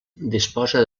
disposa